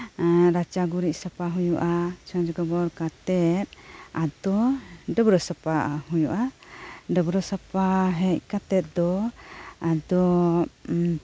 ᱨᱟᱪᱟ ᱜᱩᱨᱤᱡ ᱥᱟᱯᱟ ᱦᱩᱭᱩᱜᱼᱟ ᱪᱷᱚᱸᱡ ᱜᱚᱵᱚᱨ ᱠᱟᱛᱮᱜ ᱟᱫᱚ ᱰᱟᱹᱵᱨᱟᱹ ᱥᱟᱯᱟᱜ ᱦᱩᱭᱩᱜᱼᱟ ᱰᱟᱹᱵᱨᱟᱹ ᱥᱟᱯᱟ ᱦᱮᱡ ᱠᱟᱛᱮᱜ ᱫᱚ ᱟᱫᱚ